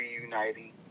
reuniting